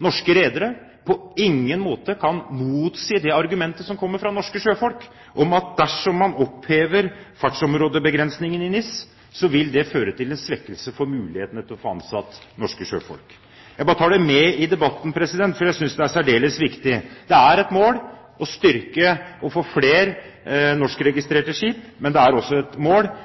norske redere, ikke på noen måte kan motsi det argumentet som kommer fra norske sjøfolk, at dersom man opphever fartsområdebegrensningene i NIS, vil det føre til en svekkelse av muligheten til å få ansatt norske sjøfolk. Jeg bare tar det med i debatten, for jeg synes det er særdeles viktig. Det er et mål å få flere norskregistrerte skip, men det er også et mål